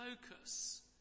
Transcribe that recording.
focus